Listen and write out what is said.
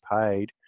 paid